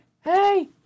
Hey